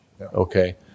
Okay